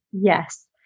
Yes